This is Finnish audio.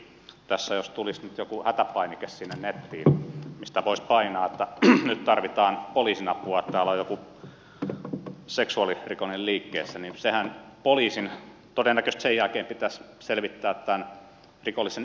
tässä jos tulisi nyt joku hätäpainike sinne nettiin mistä voisi painaa että nyt tarvitaan poliisin apua että täällä on joku seksuaalirikollinen liikkeessä niin poliisinhan todennäköisesti sen jälkeen pitäisi selvittää tämän rikollisen ip osoite